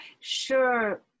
sure